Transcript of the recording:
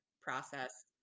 process